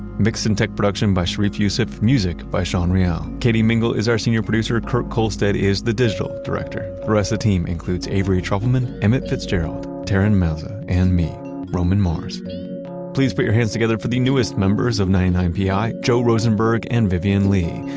mix and tech production by sharif youssef, music by sean real, katie mingle is the senior producer, kurt kohlstedt is the digital director, the rest of the team includes avery trufelman, emmett fitzgerald, taryn mazza, and me roman mars please put your hands together for the newest members of ninety nine pi joe rosenberg and vivian le.